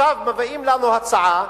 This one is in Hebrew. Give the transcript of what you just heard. עכשיו מביאים לנו הצעה